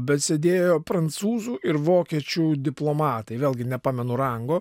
bet sėdėjo prancūzų ir vokiečių diplomatai vėlgi nepamenu rango